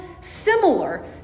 similar